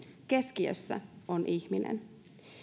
keskiössä on ihminen